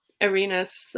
Arena's